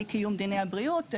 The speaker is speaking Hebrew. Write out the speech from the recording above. אי-קיום דיני הבריאות?